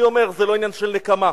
אני אומר שזה לא עניין של נקמה.